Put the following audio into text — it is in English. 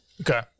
Okay